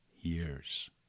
years